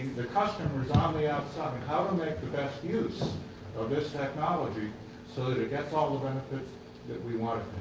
customers on the outside, and how we make the best use of this technology so that it gets all the benefits that we want it